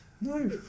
no